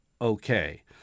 okay